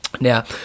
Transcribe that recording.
Now